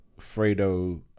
Fredo